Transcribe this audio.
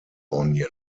onion